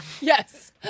Yes